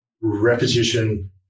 repetition